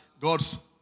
God's